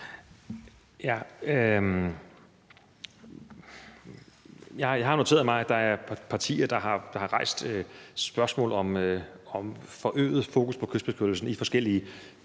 Jeg har noteret mig, at der er partier, der har rejst spørgsmålet om forøget fokus på kystbeskyttelsen i forskellige